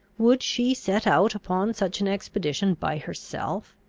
would she set out upon such an expedition by herself?